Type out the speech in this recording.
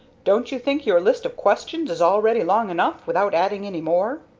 don't you think your list of questions is already long enough without adding any more?